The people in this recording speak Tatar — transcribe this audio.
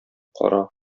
кара